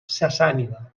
sassànida